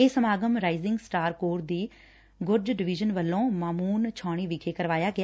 ਇਹ ਸਮਾਗਮ Rising Star Corps ਦੀ ਗੁਰਜ ਡਿਵੀਜਨ ਵੱਲੋਂ ਮਾਮੁਨ ਛਾਉਣੀ ਵਿਖੇ ਕਰਾਇਆ ਗਿਆ